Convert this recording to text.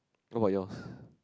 how about yours